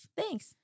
Thanks